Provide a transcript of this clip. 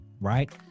right